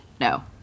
no